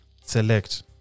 select